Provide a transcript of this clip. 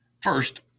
First